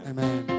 Amen